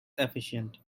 efficient